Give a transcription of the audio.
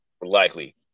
likely